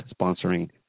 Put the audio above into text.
sponsoring